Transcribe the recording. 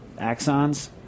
axons